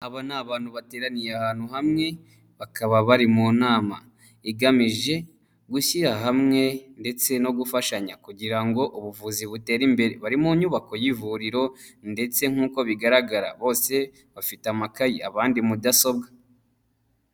Abo ni abantu bateraniye ahantu hamwe, bakaba bari mu nama igamije gushyira hamwe ndetse no gufashanya kugira ngo ubuvuzi butere imbere. Bari mu nyubako y'ivuriro ndetse nk'uko bigaragara bose bafite amakayi abandi mudasobwa.